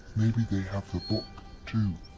maybe they have the book too.